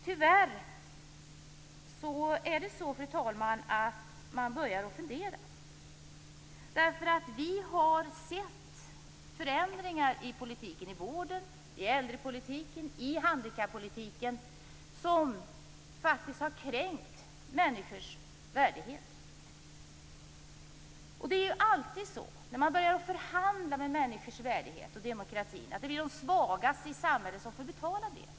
Tyvärr, fru talman, börjar man fundera. Vi har sett förändringar i politiken när det gäller vården, äldrepolitiken och handikappolitiken som faktiskt har kränkt människors värdighet. Det blir alltid så när man börjar förhandla med människors värdighet och med demokratin att det är de svagaste i samhället som får betala.